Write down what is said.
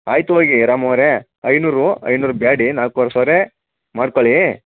ಆಯಿತು ಹೋಗಿ ರಾಮು ಅವರೇ ಐನೂರು ಐನೂರು ಬ್ಯಾಡ ನಾಲ್ಕುವರೆ ಸಾವಿರ ಮಾಡ್ಕೊಳ್ಳಿ